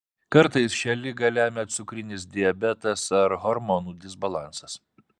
kartais šią ligą lemia cukrinis diabetas ar hormonų disbalansas